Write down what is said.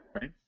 right